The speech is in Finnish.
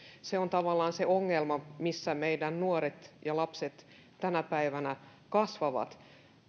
se on tavallaan se ongelma jonka kanssa meidän nuoret ja lapset tänä päivänä kasvavat